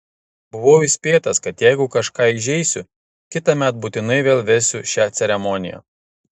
buvau įspėtas kad jeigu kažką įžeisiu kitąmet būtinai vėl vesiu šią ceremoniją